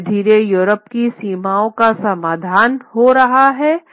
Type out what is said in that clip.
धीरे धीरे यूरोप की सीमाओं का समाधान हो रहा है